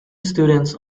students